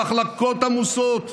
המחלקות עמוסות.